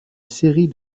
série